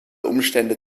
umstände